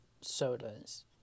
sodas